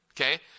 Okay